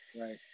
right